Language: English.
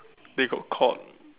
they got caught